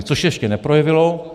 Což se ještě neprojevilo.